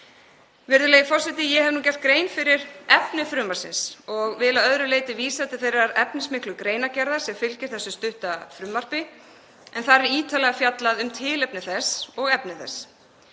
Virðulegi forseti. Ég hef nú gert grein fyrir efni frumvarpsins og vil að öðru leyti vísa til þeirrar efnismiklu greinargerðar sem fylgir þessu stutta frumvarpi en þar er ítarlega fjallað um tilefni þess og efni.